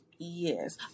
yes